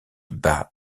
bat